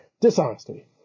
dishonesty